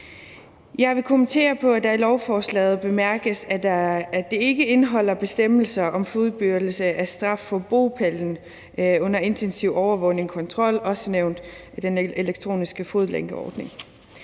Jeg vil kommentere på, at det i lovforslaget bemærkes, at det ikke indeholder bestemmelser om fuldbyrdelse af straf på bopælen under intensiv overvågning og kontrol, også benævnt den elektroniske fodlænkeordning.